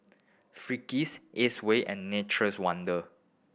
Friskies Acwell and Nature's Wonders